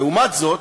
ולעומת זאת,